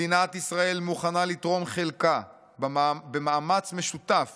מדינת ישראל מוכנה לתרום חלקה במאמץ משותף